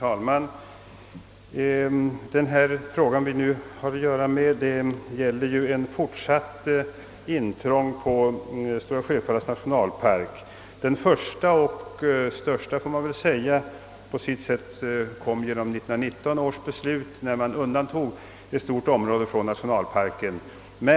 Herr talman! Den fråga vi nu behandlar gäller ett fortsatt intrång på Stora Sjöfallets nationalpark. Det första och på sitt sätt största gjordes genom 1919 års beslut, där man undantog ett stort område från nationalparken.